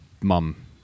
mum